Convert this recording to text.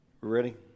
Ready